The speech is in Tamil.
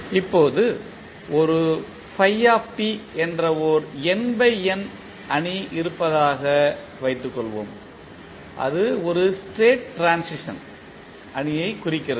இப்போது ஒரு என்ற ஓர் அணி இருப்பதாக வைத்துக்கொள்வோம் அது ஒரு ஸ்டேட் ட்ரான்சிஷன் அணியைக் குறிக்கிறது